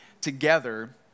together